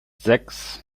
sechs